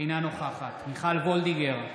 אינה נוכחת מיכל וולדיגר,